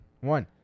one